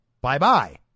bye-bye